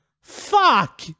Fuck